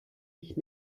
ich